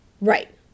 Right